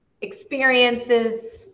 experiences